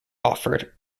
offered